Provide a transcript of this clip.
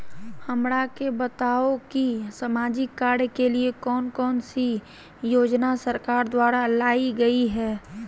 हमरा के बताओ कि सामाजिक कार्य के लिए कौन कौन सी योजना सरकार द्वारा लाई गई है?